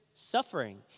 Suffering